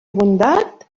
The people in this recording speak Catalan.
bondat